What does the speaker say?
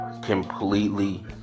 completely